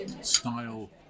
style